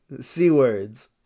C-words